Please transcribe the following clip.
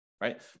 Right